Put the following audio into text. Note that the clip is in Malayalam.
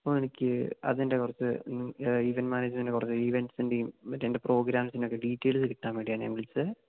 അപ്പോള് എനിക്ക് അതിൻ്റെ കുറച്ച് ഈവൻറ് മാനേജ്മെൻറ്റ് കുറച്ച് ഇവൻറ്സിൻ്റെയും മറ്റേ അതിൻറ്റെ പ്രോഗ്രാമിംസിൻ്റെയുമൊക്കെ ഡീറ്റൈലുകള് കിട്ടാന് വേണ്ടിയാണ് ഞാൻ വിളിച്ചത്